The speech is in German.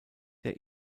der